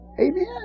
Amen